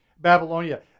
Babylonia